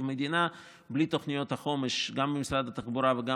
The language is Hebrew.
מדינה בלי תוכניות החומש גם במשרד התחבורה וגם